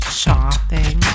shopping